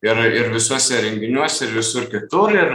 ir ir visuose renginiuose ir visur kitur ir